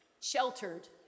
sheltered